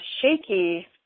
shaky